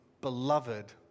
beloved